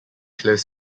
close